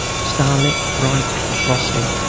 starlit, bright, and frosty,